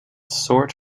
sort